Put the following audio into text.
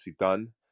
done